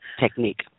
technique